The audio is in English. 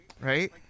right